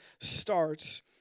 starts